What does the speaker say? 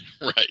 Right